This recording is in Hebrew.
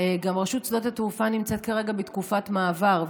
רשות שדות התעופה גם נמצאת כרגע בתקופת מעבר,